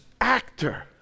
actor